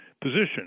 position